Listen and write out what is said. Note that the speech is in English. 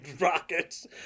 rockets